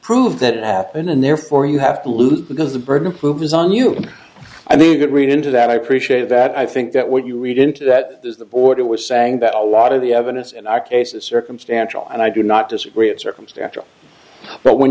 prove that it happened and therefore you have to lose because the burden of proof is on you i mean you could read into that i appreciate that i think that what you read into that is the order was saying that a lot of the evidence in our case is circumstantial and i do not disagree it's circumstantial but when